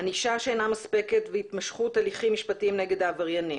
ענישה שאינה מספקת והתמשכות הליכים משפטיים נגד העבריינים,